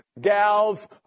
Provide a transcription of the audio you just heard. gals